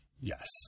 Yes